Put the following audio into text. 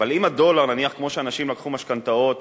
אבל אם הדולר, נניח שאנשים לקחו משכנתאות